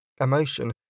Emotion